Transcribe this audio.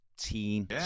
team